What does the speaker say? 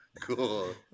cool